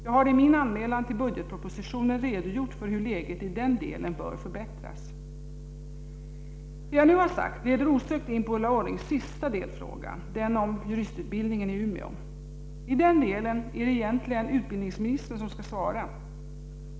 Jag har i min anmälan till budgetpropositionen redogjort för hur läget i den delen bör förbättras. Det jag nu har sagt leder osökt in på Ulla Orrings sista delfråga, den om juristutbildningen i Umeå. I den delen är det egentligen utbildningsministern som skall svara.